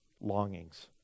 longings